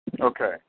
Okay